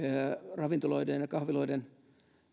ravintoloiden ja kahviloiden